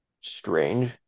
strange